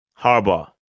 Harbaugh